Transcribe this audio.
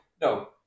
no